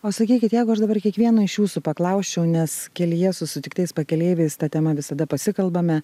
o sakykit jeigu aš dabar kiekvieno iš jūsų paklausčiau nes kelyje su sutiktais pakeleiviais ta tema visada pasikalbame